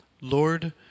Lord